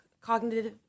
cognitive